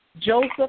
Joseph